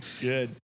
Good